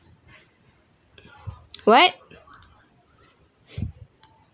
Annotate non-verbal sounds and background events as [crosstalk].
what [breath]